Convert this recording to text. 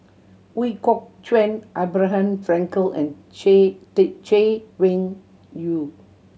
Ooi Kok Chuen Abraham Frankel and Chay Weng Yew